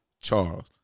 Charles